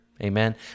amen